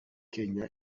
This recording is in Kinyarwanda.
kenya